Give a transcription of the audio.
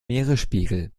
meeresspiegel